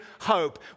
hope